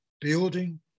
building